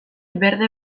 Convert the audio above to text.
berde